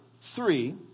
three